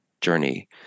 journey